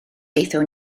aethon